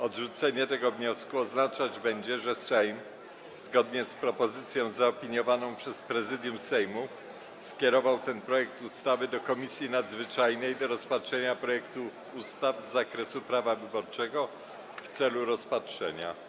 Odrzucenie tego wniosku oznaczać będzie, że Sejm, zgodnie z propozycją zaopiniowaną przez Prezydium Sejmu, skierował ten projekt ustawy do Komisji Nadzwyczajnej do rozpatrzenia projektów ustaw z zakresu prawa wyborczego w celu rozpatrzenia.